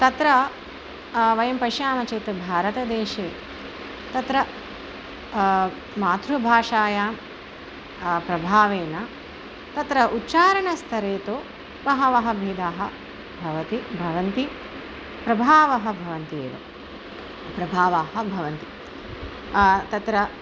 तत्र वयं पश्यामश्चेत् भारतदेशे तत्र मातृभाषायां प्रभावेन तत्र उच्चारणस्तरे तु बहवः भेदाः भवति भवन्ति प्रभावाः भवन्ति एव प्रभावाः भवन्ति तत्र